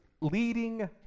leading